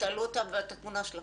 תעלו אותה ואת התמונה שלה.